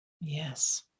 Yes